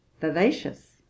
vivacious